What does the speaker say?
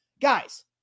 Guys